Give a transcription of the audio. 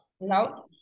No